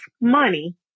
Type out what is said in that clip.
money